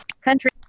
country